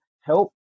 help